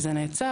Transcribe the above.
וזה נעצר.